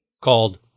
called